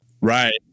Right